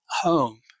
home